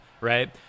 right